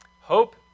Hope